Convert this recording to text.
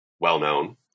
well-known